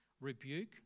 rebuke